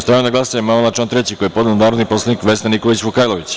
Stavljam na glasanje amandman na član 3. koji je podneo narodni poslanik Vesna Nikolić Vukajlović.